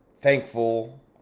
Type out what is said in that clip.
thankful